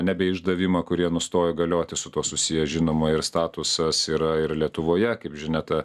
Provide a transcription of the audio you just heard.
nebeišdavimą kurie nustojo galioti su tuo susiję žinoma ir statusas yra ir lietuvoje kaip žinia ta